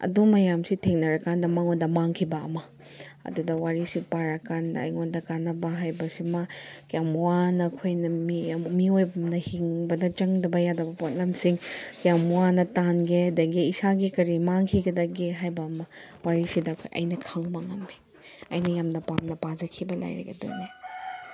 ꯑꯗꯨ ꯃꯌꯥꯝꯁꯤ ꯊꯦꯡꯅꯔꯛꯀꯥꯟꯗ ꯃꯉꯣꯟꯗ ꯃꯥꯡꯈꯤꯕ ꯑꯃ ꯑꯗꯨꯗ ꯋꯥꯔꯤꯁꯤ ꯄꯥꯔꯀꯥꯟꯗ ꯑꯩꯉꯣꯟꯗ ꯀꯥꯟꯅꯕ ꯍꯥꯏꯕꯁꯤꯃ ꯀꯌꯥꯝ ꯋꯥꯅ ꯑꯩꯈꯣꯏꯅ ꯃꯤ ꯃꯤꯑꯣꯏꯕ ꯑꯃꯅ ꯍꯤꯡꯕꯗ ꯆꯪꯗꯕ ꯌꯥꯗꯕ ꯄꯣꯠꯂꯝꯁꯤꯡ ꯀꯌꯥꯝ ꯋꯥꯅ ꯇꯥꯟꯒꯦ ꯑꯗꯒꯤ ꯏꯁꯥꯒꯤ ꯀꯔꯤ ꯃꯥꯡꯈꯤꯒꯗꯒꯦ ꯍꯥꯏꯕ ꯑꯃ ꯋꯥꯔꯤꯁꯤꯗ ꯑꯩꯅ ꯈꯪꯕ ꯉꯝꯃꯦ ꯑꯩꯅ ꯌꯥꯝꯅ ꯄꯥꯝꯅ ꯄꯥꯖꯈꯤꯕ ꯂꯥꯏꯔꯤꯛ ꯑꯗꯨꯅꯤ